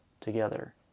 together